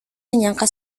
menyangka